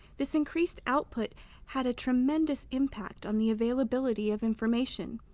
this increased output had a tremendous impact on the availability of information.